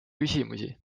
küsimusi